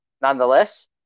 nonetheless